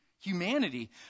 humanity